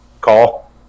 call